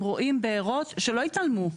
הם רואים בערות, שלא התעלמו.